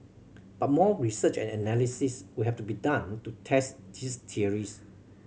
but more research and analysis would have to be done to test these theories